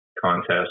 contest